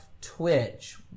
Twitch